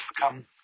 come